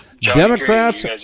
Democrats